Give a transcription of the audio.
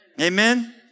Amen